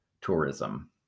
tourism